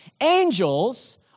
Angels